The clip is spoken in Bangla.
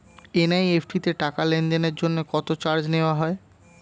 এন.ই.এফ.টি তে টাকা লেনদেনের জন্য কত চার্জ নেয়া হয়?